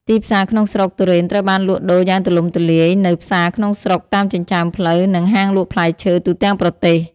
ទីផ្សារក្នុងស្រុកទុរេនត្រូវបានលក់ដូរយ៉ាងទូលំទូលាយនៅ ផ្សារក្នុងស្រុក តាមចិញ្ចើមផ្លូវ និងហាងលក់ផ្លែឈើ ទូទាំងប្រទេស។